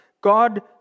God